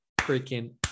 freaking